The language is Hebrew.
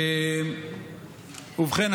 ובכן,